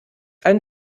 ein